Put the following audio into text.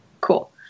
Cool